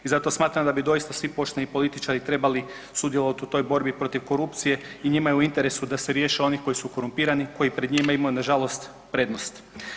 I zato smatram da bi doista svi pošteni političari trebali sudjelovati u toj borbi protiv korupcije i njima je u interesu da se riješe onih koji su korumpirani, koji pred njima imaju na žalost prednost.